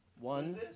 One